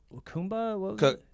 Kumba